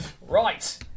Right